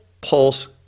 Pulse